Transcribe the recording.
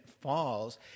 falls